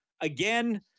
again